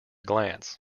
glance